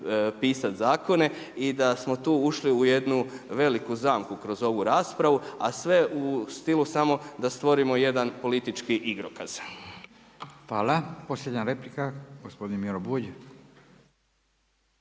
pisati zakone i da smo tu ušli u jednu veliku zamku kroz ovu raspravu, a sve u stilu samo da stvorimo jedan politički igrokaz. **Radin, Furio (Nezavisni)** Hvala. Posljednja replika gospodin Miro Bulj.